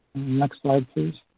next slide, please.